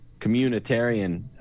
communitarian